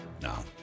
No